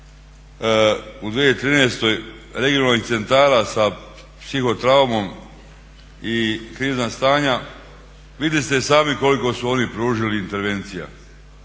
u 2013. regionalnih centara sa psiho traumom i krizna stanja vidjeli ste i sami koliko su oni pružili intervencija